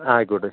ആ ആയിക്കോട്ടെ